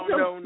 no